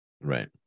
Right